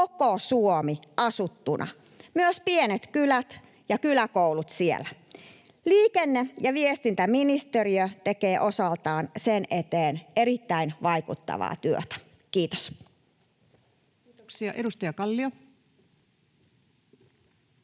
koko Suomi asuttuna, myös pienet kylät ja kyläkoulut siellä. Liikenne- ja viestintäministeriö tekee osaltaan sen eteen erittäin vaikuttavaa työtä. [Speech 497] Speaker: